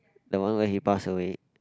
the one when he pass away